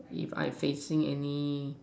if I facing any